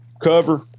cover